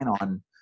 on